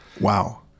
Wow